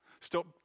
Stop